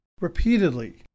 repeatedly